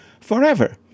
forever